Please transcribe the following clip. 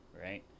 right